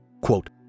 quote